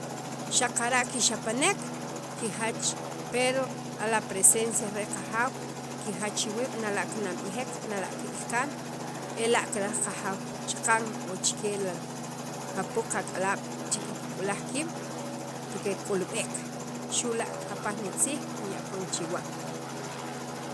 xaqara' kixapanek kijach pero a la presencia re qajaw kijach iwiib' nawa' kinab'ijek nawa' kitarab' kaan ela' kiraj qajaw chikye li jupuuq ak'alaab' pero kek'ulb'eek xu' la jupaj nitziij kinya poon chiwan.